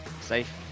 safe